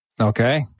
Okay